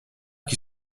qui